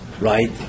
right